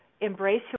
embrace